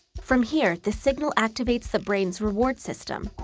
from here, the signal activates the brain's reward system.